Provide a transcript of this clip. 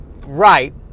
Right